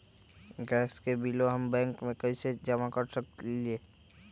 Gas के बिलों हम बैंक से कैसे कर सकली?